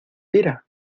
tira